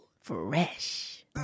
fresh